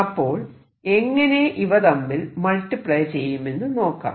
അപ്പോൾ എങ്ങനെ ഇവ തമ്മിൽ മൾട്ടിപ്ലൈ ചെയ്യുമെന്ന് നോക്കാം